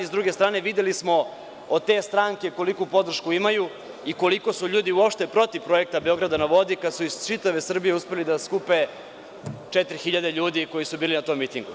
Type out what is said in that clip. S druge strane, videli smo od te stranke koliku podršku imaju i koliko su ljudi uopšte protiv projekta „Beograd na vodi“, kada su iz čitave Srbije uspeli da skupe 4.000 ljudi koji su bili na tom mitingu.